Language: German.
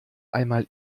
einmal